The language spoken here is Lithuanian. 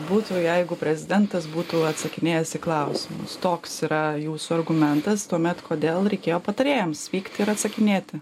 būtų jeigu prezidentas būtų atsakinėjęs į klausimus toks yra jūsų argumentas tuomet kodėl reikėjo patarėjams vykti ir atsakinėti